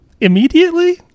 immediately